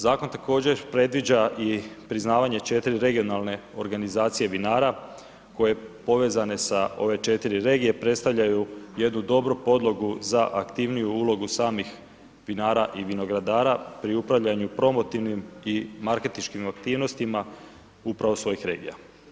Zakon također predviđa i priznavanje 4 regionalne organizacije vinara koje povezane sa ove 4 regije predstavljaju jednu dobru podlogu za aktivniju ulogu samih vinara i vinogradara pri upravljanju promotivnim i marketinškim aktivnostima upravo s ovih regija.